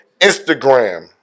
Instagram